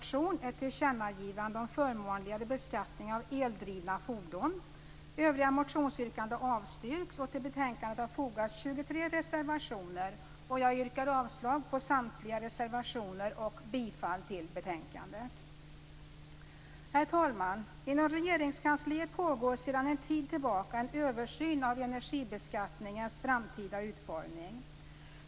Till betänkandet har fogats 23 reservationer, och jag yrkar avslag på samtliga reservationer och bifall till hemställan i betänkandet. Herr talman! Inom Regeringskansliet pågår sedan en tid tillbaka en översyn av energibeskattningens framtida utformning.